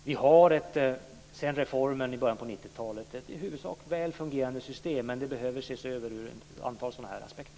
Vi har sedan reformen i början på 90-talet ett i huvudsak väl fungerande system. Men det behöver ses över ur ett antal sådana aspekter.